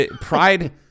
Pride